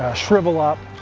ah shrivel up.